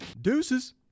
Deuces